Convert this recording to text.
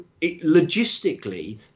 logistically